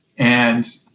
and,